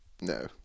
no